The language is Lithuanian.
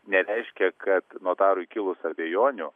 nereiškia kad notarui kilus abejonių